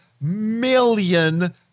million